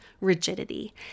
rigidity